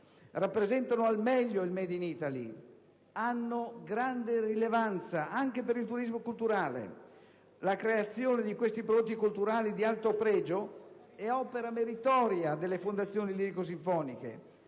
rappresentano al meglio il *made in Italy* ed hanno grande rilevanza anche per il turismo culturale. La creazione di questi prodotti culturali di alto pregio è opera meritoria delle fondazioni lirico-sinfoniche;